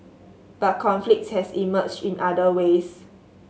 but conflict has emerged in other ways